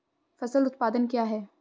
फसल उत्पादन क्या है?